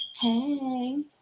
Hey